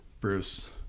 Bruce